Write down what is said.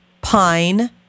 pine